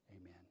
Amen